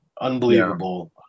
Unbelievable